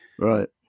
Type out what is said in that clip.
Right